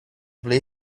play